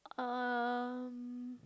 um